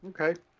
Okay